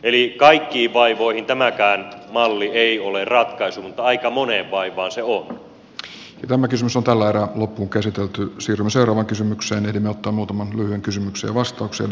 eli kaikkiin vaivoihin tämäkään malli ei ole ratkaisu mutta aika moneen vaivaan se on tällä erää loppuunkäsitelty siruserovan kysymykseen että muutaman kysymyksen vastauksen